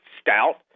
stout